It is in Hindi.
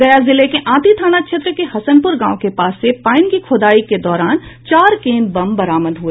गया जिले के आंती थाना क्षेत्र के हसनपूर गांव के पास से पईन की खूदाई के दौरान चार केन बम बरामद हुए